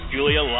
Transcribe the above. Julia